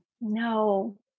No